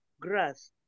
grass